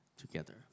together